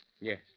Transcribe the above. Yes